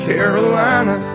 Carolina